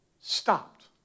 stopped